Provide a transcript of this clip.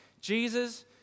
Jesus